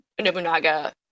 Nobunaga